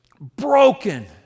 broken